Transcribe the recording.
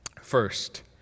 first